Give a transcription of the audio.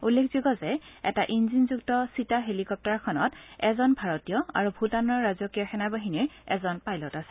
উল্লেখযোগ্য যে এটা ইঞ্জিনযুক্ত চীতা হেলিকপ্তাৰখনত এজন ভাৰতীয় আৰু ভূটানৰ ৰাজকীয় সেনাবাহিনীৰ এজন পাইলট আছিল